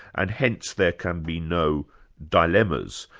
and hence there can be no dilemmas.